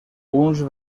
uns